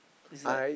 it's like